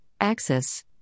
axis